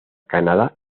canadá